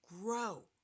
grow